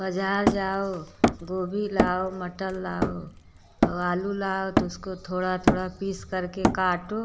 बाजार जाओ गोभी लाओ मटर लाओ और आलू लाओ तो उसको थोड़ा थोड़ा पीस करके काटो